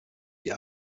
die